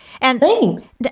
Thanks